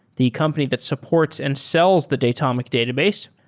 the company that supports and sells the datomic database.